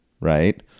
Right